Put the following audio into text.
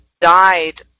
died